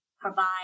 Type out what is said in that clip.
provide